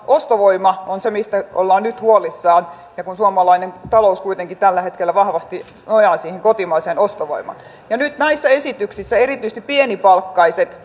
ostovoima on se mistä ollaan nyt huolissaan kun suomalainen talous kuitenkin tällä hetkellä nojaa siihen kotimaiseen ostovoimaan ja nyt näissä esityksissä erityisesti pienipalkkaiset